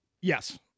Yes